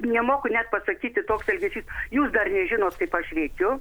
nemoku net pasakyti toks elgesys jūs dar nežinot kaip aš veikiu